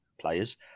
players